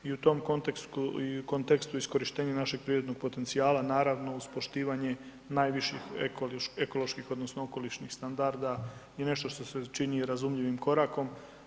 I u tom kontekstu i kontekstu iskorištenje našeg prirodnog potencijala, naravno uz poštivanje najviših ekoloških odnosno okolišnih standarda, je nešto što se čini razumljivim korakom.